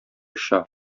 оча